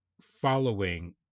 following